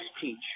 teach